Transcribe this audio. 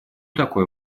такой